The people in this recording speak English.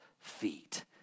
feet